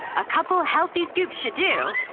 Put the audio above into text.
a couple healthy scoops should do.